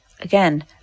Again